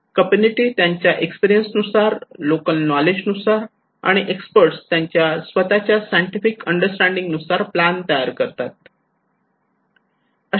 community त्यांच्या experience नुसार local knowledge नुसार आणि एक्सपर्ट त्यांच्या स्वतःच्या सायंटिफिक अंडरस्टँडिंग नुसार प्लान तयार करतात